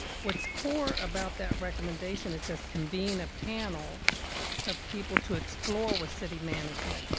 what's core about that recommendation, it says convene a panel of people to explore with city management.